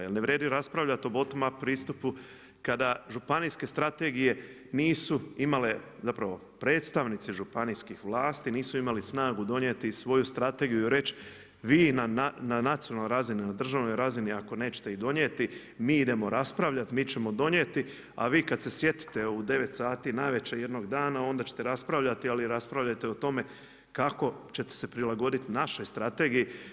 Jer ne vrijedi raspravljati o bottom up pristupu kada županijske strategije nisu imale, zapravo predstavnici županijskih vlasti nisu imali snagu donijeti svoju strategiju i reći, vi na nacionalnoj razini, na državnoj razini ako nećete ih donijeti, mi idemo raspravljati, mi ćemo donijeti a vi kada se sjetite u 9h navečer jednog dana onda ćete raspravljati ali raspravljajte o tome kako ćete se prilagoditi našoj strategiji.